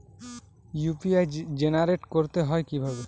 UPI generate করতে হয় কিভাবে?